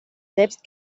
selbst